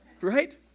right